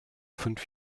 fünf